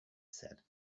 said